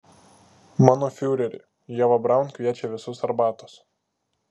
mano fiureri ieva braun kviečia visus arbatos